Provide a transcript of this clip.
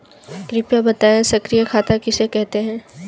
कृपया बताएँ सक्रिय खाता किसे कहते हैं?